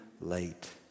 late